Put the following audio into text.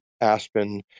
aspen